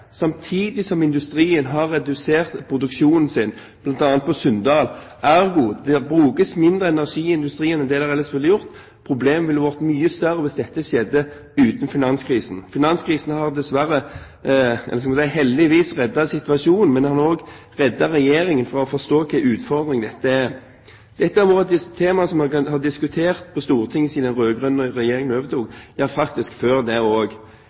samtidig som industrien har redusert produksjonen sin, bl.a. på Sunndal. Ergo: Det brukes mindre energi i industrien enn det man ellers ville ha gjort. Problemet ville vært mye større hvis dette skjedde uten finanskrisen. Finanskrisen har dessverre eller – skal vi si – heldigvis reddet situasjonen, men den har også «reddet» Regjeringen fra å forstå hvilken utfordring dette er. Dette har vært et tema som man har diskutert på Stortinget siden den rød-grønne regjeringen overtok – ja, faktisk før det